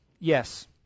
Yes